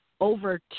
over